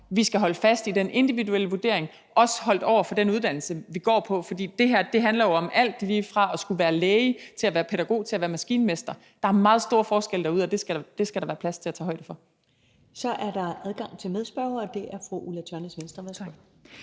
vi skal holde fast i den individuelle vurdering, også holdt op imod den uddannelse, man går på, for det her handler jo om alt lige fra at skulle være læge til at skulle være pædagog til at skulle være maskinmester. Der er meget stor forskel derude, og det skal der være plads til at tage højde for. Kl. 17:12 Første næstformand (Karen Ellemann): Så er der adgang for medspørgeren, og det er fru Ulla Tørnæs, Venstre. Værsgo.